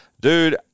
Dude